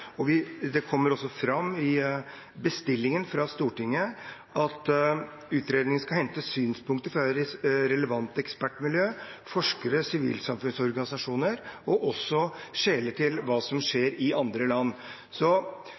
Det kommer også fram i bestillingen fra Stortinget at utredningen skal hente synspunkter fra relevante ekspertmiljø, forskere og sivilsamfunnsorganisasjoner og også skjele til hva som skjer i andre land.